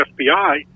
FBI